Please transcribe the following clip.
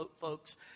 folks